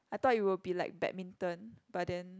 I thought it will be like badminton but then